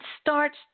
starts